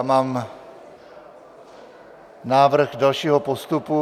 Mám návrh dalšího postupu.